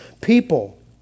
people